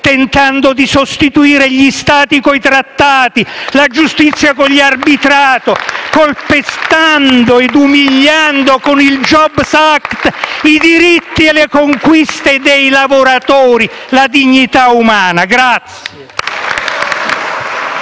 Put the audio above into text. tentando di sostituire gli Stati coi Trattati, la Giustizia con gli arbitrati, calpestando ed umiliando con il *jobs act* i diritti e le conquiste dei lavoratori, la dignità umana.